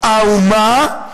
האומה, המדינה,